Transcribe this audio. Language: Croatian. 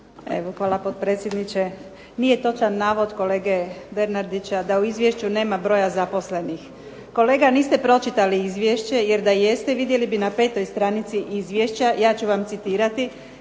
Hvala, potpredsjedniče. Nije točan navod kolege Bernardića da u izvješću nema broja zaposlenih. Kolega, niste pročitali izvješće jer da jeste vidjeli bi na 5. stranici izvješća, ja ću vam citirati: